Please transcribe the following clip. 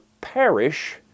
perish